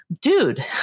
dude